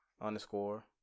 underscore